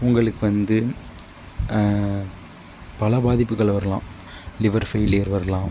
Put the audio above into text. உங்களுக்கு வந்து பல பாதிப்புகள் வர்லாம் லிவர் ஃபெயிலியர் வரலாம்